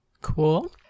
Cool